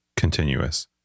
continuous